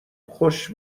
خوش